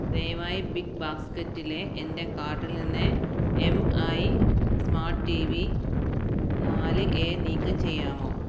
ദയവായി ബിഗ് ബാസ്ക്കറ്റിലെ എന്റെ കാർട്ടിൽ നിന്ന് എം ഐ സ്മാട്ടി റ്റീവി നാല് എ നീക്കം ചെയ്യാമോ